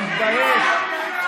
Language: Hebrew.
תתבייש לך.